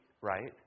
right